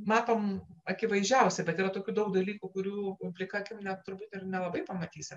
matom akivaizdžiausia bet yra tokių daug dalykų kurių plika akim net turbūt ir nelabai pamatysi